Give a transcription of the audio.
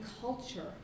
culture